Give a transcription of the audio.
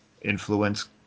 influence